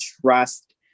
trust